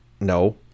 No